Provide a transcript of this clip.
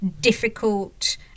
difficult